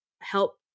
help